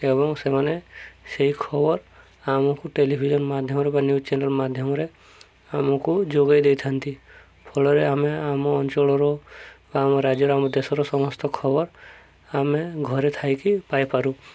ଏବଂ ସେମାନେ ସେଇ ଖବର ଆମକୁ ଟେଲିଭିଜନ ମାଧ୍ୟମରେ ବା ନ୍ୟୁଜ୍ ଚ୍ୟାନେଲ ମାଧ୍ୟମରେ ଆମକୁ ଯୋଗେଇ ଦେଇଥାନ୍ତି ଫଳରେ ଆମେ ଆମ ଅଞ୍ଚଳର ବା ଆମ ରାଜ୍ୟର ଆମ ଦେଶର ସମସ୍ତ ଖବର ଆମେ ଘରେ ଥାଇକି ପାଇପାରୁ